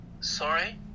Sorry